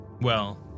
Well